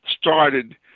started